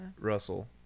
Russell